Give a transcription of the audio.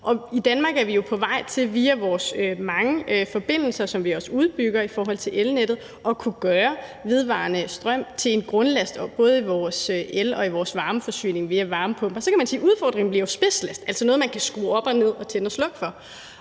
i Danmark er vi jo på vej til via vores mange forbindelser i forhold til elnettet, som vi også udbygger, at kunne gøre vedvarende strøm til en grundlast både i vores el- og vores varmeforsyning via varmepumper. Så kan man sige, at udfordringen jo bliver spidslast, altså noget, man kan skrue op og ned og tænde og slukke for.